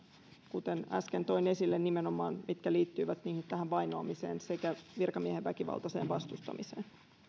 kuten äsken toin esille nimenomaan ne mitkä liittyvät vainoamiseen sekä virkamiehen väkivaltaiseen vastustamiseen